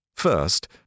first